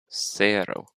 zero